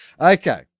Okay